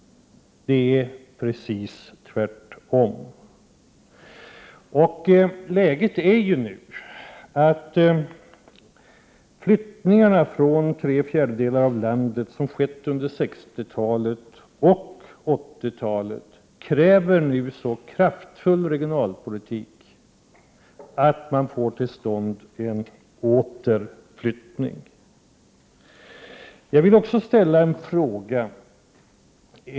Det är precis tvärtom. Läget är nu sådant att det med tanke på den utflyttning från tre fjärdedelar av landet som skett under 60-talet och under 80-talet krävs en så kraftfull regionalpolitik att en återflyttning kommer till stånd. Jag vill ställa en fråga.